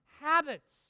habits